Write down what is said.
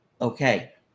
okay